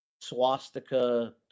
swastika